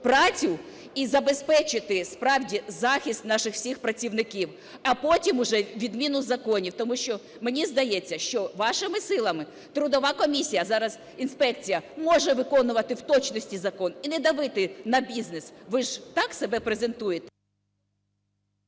працю і забезпечити справді захист наших всіх працівників, а потім уже відміну законів. Тому що, мені здається, що вашими силами трудова комісія, зараз - інспекція, може виконувати в точності закон і не давити на бізнес. Ви ж так себе презентуєте?